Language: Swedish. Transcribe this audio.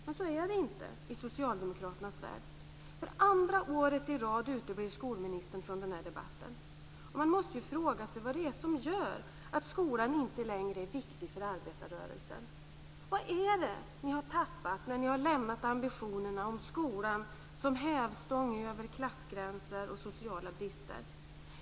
Men så är det inte i socialdemokraternas värld. För andra året i rad uteblir skolministern från den här debatten. Man måste fråga sig vad det är som gör att skolan inte längre är viktig för arbetarrörelsen. Vad är det ni har tappat när ni har lämnat ambitionerna om skolan som hävstång över klassgränser och sociala brister?